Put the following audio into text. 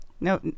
No